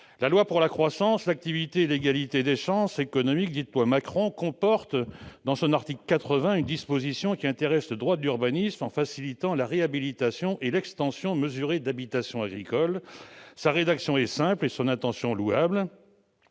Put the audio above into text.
la loi pour la croissance, l'activité et l'égalité des chances économiques, dite « loi Macron », comporte une disposition qui intéresse le droit de l'urbanisme. Elle vise à faciliter la réhabilitation et l'extension mesurée d'habitations agricoles. Sa rédaction est simple et l'intention qui la